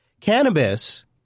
Cannabis